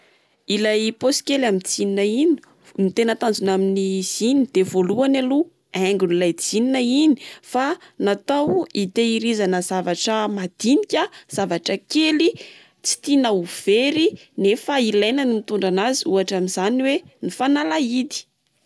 Ilay paosy kely amin'ny jeans iny, ny tena tanjona amin'izy iny de voalohany aloha haigon' ilay jeans iny. Fa natao itehirizana zavatra mandinika, zavatra kely, tsy tiana ho very, nefa ilaina ny mitondra anazy ohatra amin'izany hoe fanalahidy.